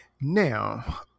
Now